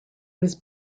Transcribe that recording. was